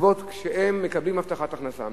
בעקבות זה שהם מקבלים הבטחת הכנסה.